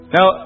Now